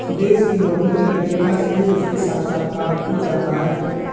सुदेश की नौकरी लगने का श्रेय उसके साक्षात्कार को जाता है